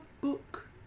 book